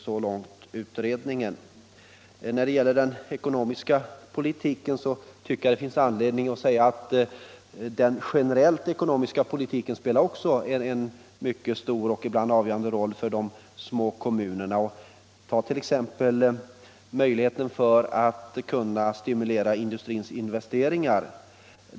Tisdagen den När det gäller den ekonomiska politiken tycker jag det finns anledning 27 april 1976 säga att den allmänna ekonomiska politiken också spelar en mycket story = ibland avgörande roll för de små kommunerna. Ta t.ex. möjligheten = Om ersättningsetaatt stimulera industrins investeringar.